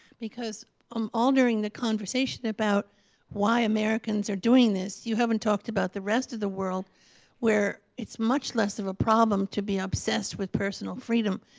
because um all during the conversation about why americans are doing this, you haven't talked about the rest of the world where it's much less of a problem to be obsessed with personal freedom.